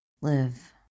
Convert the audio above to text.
Live